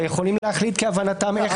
יכולים להחליט כהבנתם איך לחלק את זה.